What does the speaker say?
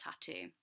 tattoo